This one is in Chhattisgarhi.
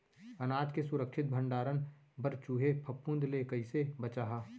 अनाज के सुरक्षित भण्डारण बर चूहे, फफूंद ले कैसे बचाहा?